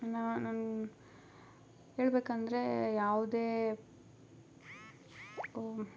ನಾನು ಹೇಳಬೇಕಂದ್ರೆ ಯಾವುದೇ